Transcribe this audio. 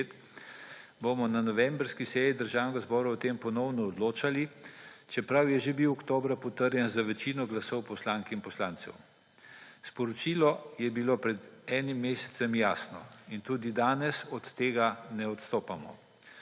bomo na novembrski seji Državnega zbora o tem ponovno odločali, čeprav je že bil oktobra potrjen z večino glasov poslank in poslancev. Sporočilo je bilo pred enim mesecem jasno in tudi danes od tega ne odstopamo.